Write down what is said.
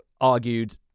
argued